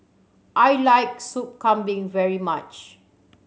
I like Soup Kambing very much